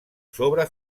sobre